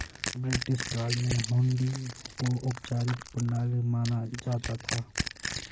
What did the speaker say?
British काल में हुंडी को औपचारिक प्रणाली माना जाता था